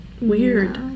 Weird